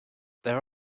there